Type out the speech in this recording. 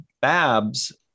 Babs